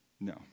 No